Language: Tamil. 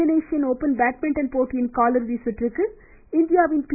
இந்தோனேஷியன் ஓப்பன் பேட்மிட்டன் போட்டியின் காலிறுதி சுற்றுக்கு இந்தியாவின் பி